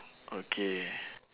okay